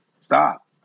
Stop